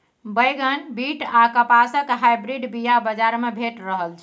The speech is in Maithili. बैगन, बीट आ कपासक हाइब्रिड बीया बजार मे भेटि रहल छै